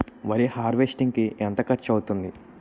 వరి హార్వెస్టింగ్ కి ఎంత ఖర్చు అవుతుంది?